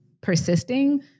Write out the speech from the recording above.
persisting